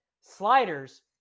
sliders